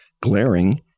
glaring